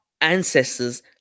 ancestors